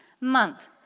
month